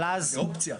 בפרויקט רגיל.